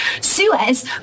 Suez